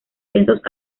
densos